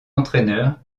entraîneur